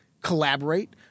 collaborate